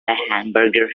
hamburger